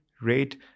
rate